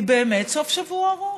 הוא באמת סוף שבוע ארוך.